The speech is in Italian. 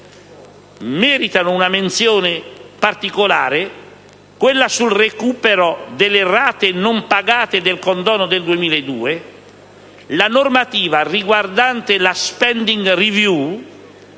meritano una menzione particolare quella sul recupero delle rate non pagate del condono del 2002, la normativa riguardante la *spending review*